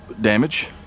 damage